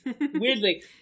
Weirdly